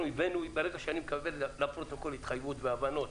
ברגע שאני מקבל התחייבות והבנות,